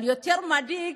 אבל יותר מדאיג,